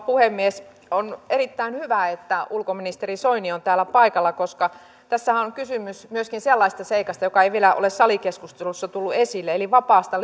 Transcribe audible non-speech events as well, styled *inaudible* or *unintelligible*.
*unintelligible* puhemies on erittäin hyvä että ulkoministeri soini on täällä paikalla koska tässähän on kysymys myöskin sellaisesta seikasta joka ei vielä ole salikeskustelussa tullut esille eli vapaasta *unintelligible*